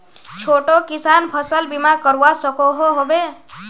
छोटो किसान फसल बीमा करवा सकोहो होबे?